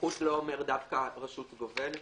סמיכות לא אומר דווקא רשות גובלת.